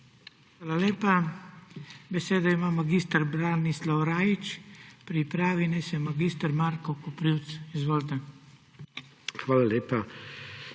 Hvala lepa. Besedo ima mag. Branislav Rajić, pripravi naj se mag. Marko Koprivc. Izvolite. **MAG.